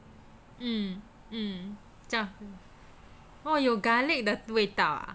mm mm oh 有 garlic 的味道啊